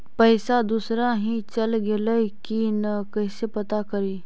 पैसा दुसरा ही चल गेलै की न कैसे पता करि?